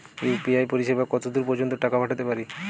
UPI পরিসেবা কতদূর পর্জন্ত টাকা পাঠাতে পারি?